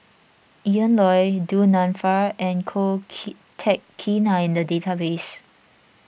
Ian Loy Du Nanfa and Ko Kin Teck Kin are in the database